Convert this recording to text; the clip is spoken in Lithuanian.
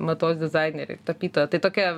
mados dizainerė ir tapytoja tai tokia